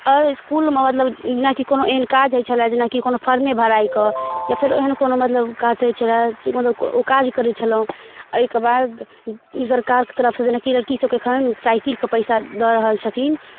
आओर इसकुलमे मतलब जेनाकि कोनो एहन काज होइ छलै जेनाकि कोनो फर्मे भराइके या फेर एहन कोनो मतलब काज रहै छलै से मतलब ओ काज करै छलहुँ एहिकेबाद सरकारके तरफसँ जेनाकि लड़कीसभके एखन साइकिलके पइसा दऽ रहल छथिन